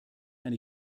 eine